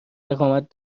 اقامت